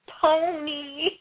pony